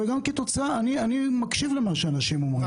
אני מקשיב למה שאנשים אומרים,